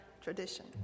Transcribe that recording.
tradition